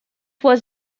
was